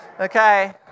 Okay